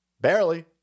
Barely